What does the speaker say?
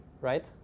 right